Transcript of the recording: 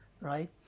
right